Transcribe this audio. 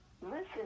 listen